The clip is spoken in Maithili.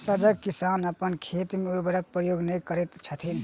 सजग किसान अपन खेत मे उर्वरकक प्रयोग नै करैत छथि